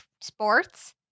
sports